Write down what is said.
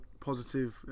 positive